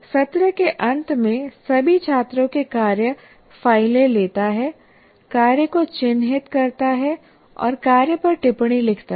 सत्र के अंत में सभी छात्रों के कार्यफाइलें लेता है कार्य को चिह्नित करता है और कार्य पर टिप्पणी लिखता है